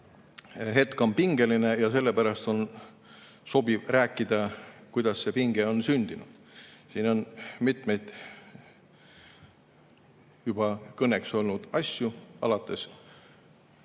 hetk on pingeline ja sellepärast on sobiv rääkida sellest, kuidas see pinge on sündinud. Siin on mitmeid juba kõneks olnud asju, alates